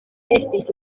estis